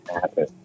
happen